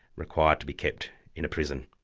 required to be kept in a prison.